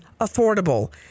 affordable